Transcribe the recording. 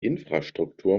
infrastruktur